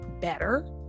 better